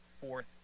fourth